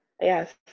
yes